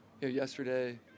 yesterday